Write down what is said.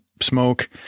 smoke